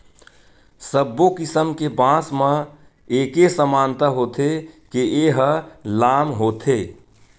सब्बो किसम के बांस म एके समानता होथे के ए ह लाम होथे